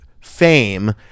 fame